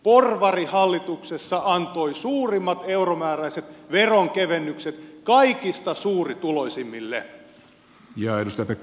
porvarihallituksessa antoi suurimmat euromääräiset veronkevennykset kaikista suurituloisimmille